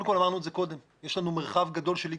אמרנו קודם שיש לנו מרחב גדול של גמישות.